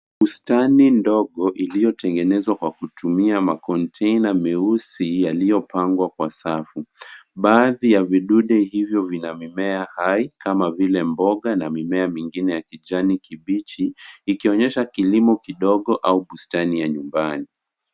Bustani ndogo iliyotengenezwa kwa kutumia makontena meusi yaliyopangwa kwa safu. Baadhi ya vidude hivyo vina mimea hai kama vile mboga na mimea mingine ya kijani kibichi ikionyesha kilimo kidogo au bustani ya nyumbani.